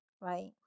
right